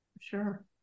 sure